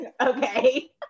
Okay